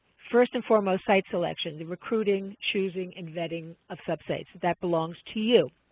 first and foremost site selection, the recruiting, choosing and vetting a sub-site that belongs to you.